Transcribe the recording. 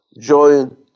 Join